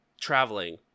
traveling